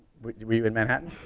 were you in manhattan?